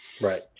right